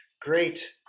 Great